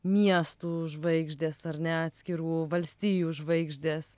miestų žvaigždės ar ne atskirų valstijų žvaigždės